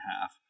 half